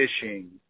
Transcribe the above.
fishing